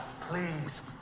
Please